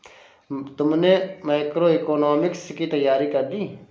तुमने मैक्रोइकॉनॉमिक्स की तैयारी कर ली?